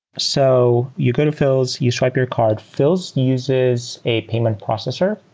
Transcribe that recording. so you go to phil's, you swipe your card. phil's uses a payment processor.